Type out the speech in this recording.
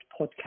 podcast